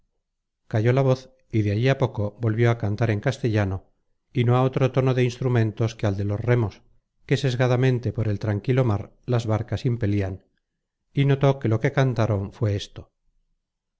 calló la voz y de allí á poco volvió á cantar en castellano y no á otro tono de instrumentos que al de los remos que sesgamente por el tranquilo mar las barcas impelian y notó que lo que cantaron fué esto